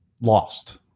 lost